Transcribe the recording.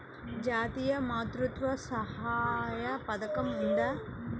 జాతీయ మాతృత్వ సహాయ పథకం ఉందా?